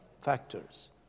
factors